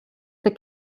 the